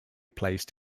placed